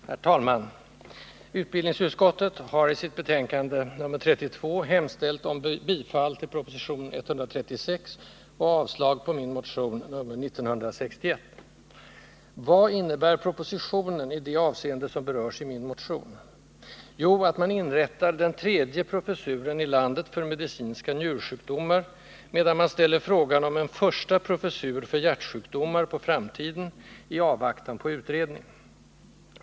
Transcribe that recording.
Herr talman! Utbildningsutskottet har i sitt betänkande nr 32 hemställt om bifall till proposition 136 och avslag på min motion nr 1961. Vad innebär propositionen i det avseende som berörs i min motion? Jo, att man inrättar den tredje professuren i landet för medicinska njursjukdomar, medan man ställer frågan om en första professur för hjärtsjukdomar på framtiden i avvaktan på utredning.